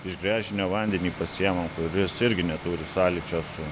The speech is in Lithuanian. iš gręžinio vandenį pasiimam kuris irgi neturi sąlyčio su